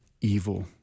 evil